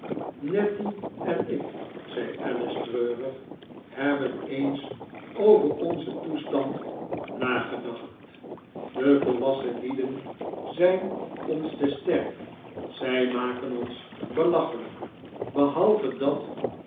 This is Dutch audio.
nettie en ik zei alice treurig hebben eens over onzen toestand nagedacht de volwassen lieden zyn ons te sterk zy makenons beiachelijk behalve dat